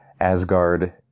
Asgard